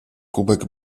kubek